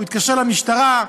הוא יתקשר למשטרה,